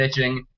bitching